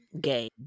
game